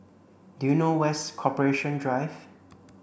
do you know where's Corporation Drive